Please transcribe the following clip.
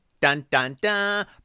Dun-dun-dun